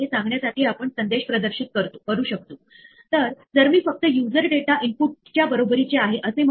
या सगळ्यासाठी आपल्याला प्रोग्राम मध्ये न चुकता ही त्रुटी पकडण्याचा एक मार्ग आहे